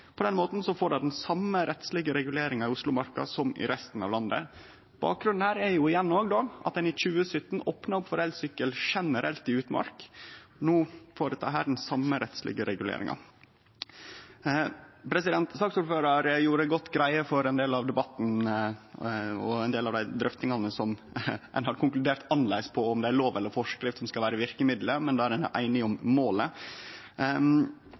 På den måten får det den same rettslege reguleringa i Oslomarka som i resten av landet. Bakgrunnen her er – igjen – at ein i 2017 opna generelt for elsykkel i utmark. No får dette den same rettslege reguleringa. Saksordføraren gjorde godt greie for ein del av debatten og ein del av dei drøftingane der ein har konkludert ulikt på om det er lov eller forskrift som skal vere verkemiddelet, men der ein er einige om målet.